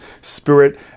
spirit